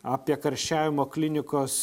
apie karščiavimo klinikos